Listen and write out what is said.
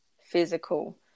physical